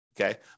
okay